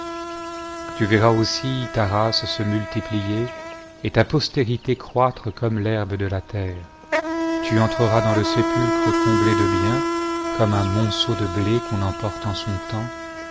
tu verras aussi ta race fe multiplier et ta postérité croître comme l'herbe de la terre tu entreras dans le sépulcre comblé de biens comme un monceau de blé qu'on emporte en son temps